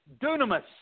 dunamis